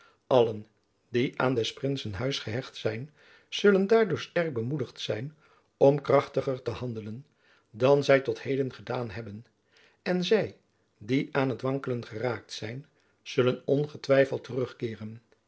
die aan des prinsen huis gehecht zijn zullen daardoor sterk bemoedigd zijn om krachtiger te handelen dan zy tot heden gedaan hebben en zy die aan het wankelen geraakt zijn zullen ongetwijfeld